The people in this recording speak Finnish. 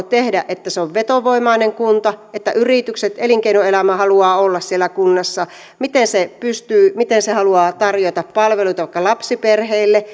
tehdä että se on vetovoimainen kunta että yritykset elinkeinoelämä haluavat olla siellä kunnassa miten se pystyy miten se haluaa tarjota vaikka palveluita lapsiperheille